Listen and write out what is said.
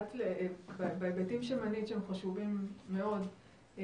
בהיבטים שמנית שהם חשובים מאוד,